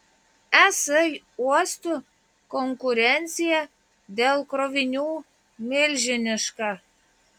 es uostų konkurencija dėl krovinių milžiniška